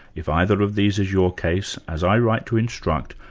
if either of these is your case, as i write to instruct,